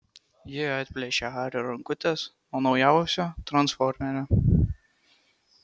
ji atplėšia hario rankutes nuo naujausio transformerio